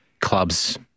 clubs